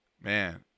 Man